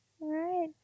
Right